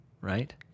right